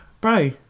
bro